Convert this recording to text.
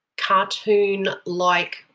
cartoon-like